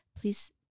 please